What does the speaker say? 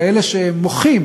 כאלה שמוחים